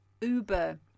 uber